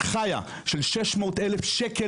חיה של 600,000 ₪,